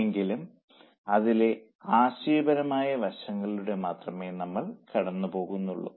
എങ്കിലും അതിലെ ആശയപരമായ വശങ്ങളിലൂടെ മാത്രമേ നമ്മൾ കടന്നു പോകുന്നുള്ളൂ